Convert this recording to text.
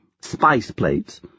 spice-plates